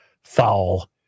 foul